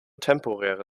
temporäre